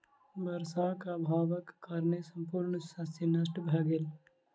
वर्षाक अभावक कारणेँ संपूर्ण शस्य नष्ट भ गेल